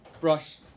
brush